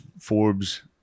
Forbes